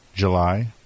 july